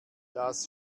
das